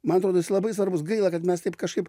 man atrodo jis labai svarbus gaila kad mes taip kažkaip